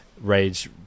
rage